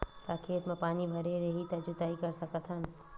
का खेत म पानी भरे रही त जोताई कर सकत हन?